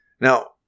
Now